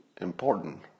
important